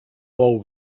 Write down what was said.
bou